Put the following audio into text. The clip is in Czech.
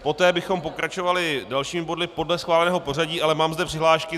Poté bychom pokračovali dalšími body podle schváleného pořadí, ale mám zde přihlášky.